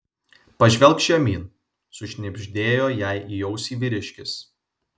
pažvelk žemyn sušnibždėjo jai į ausį vyriškis